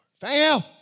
fam